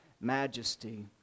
majesty